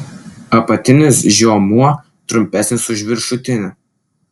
apatinis žiomuo trumpesnis už viršutinį